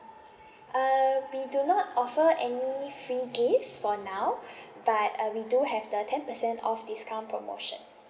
uh we do not offer any free gifts for now but uh we do have the ten percent off discount promotion